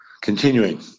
Continuing